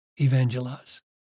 evangelize